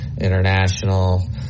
International